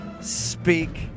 speak